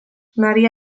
maria